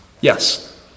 Yes